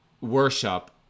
worship